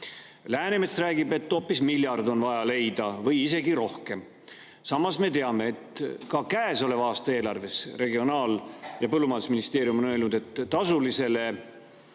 Läänemets räägib, et hoopis miljard on vaja leida või isegi rohkem. Samas me teame, et käesoleva aasta eelarve kohta on Regionaal- ja Põllumajandusministeerium öelnud, et tasulisele